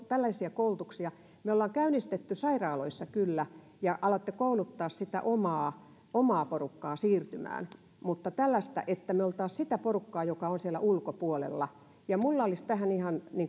tällaisia koulutuksia me olemme kyllä käynnistäneet sairaaloissa ja alkaneet kouluttaa sitä omaa omaa porukkaa siirtymään mutta emme tällaista että me olisimme kouluttamassa sitä porukkaa joka on siellä ulkopuolella ja minulla olisi tähän ihan